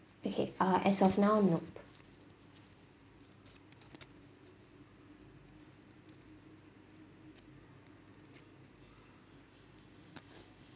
okay uh as of now nope